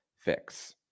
fix